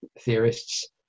theorists